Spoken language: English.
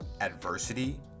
adversity